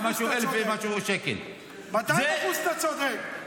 200% שאתה צודק.